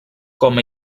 com